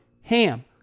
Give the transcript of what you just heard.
HAM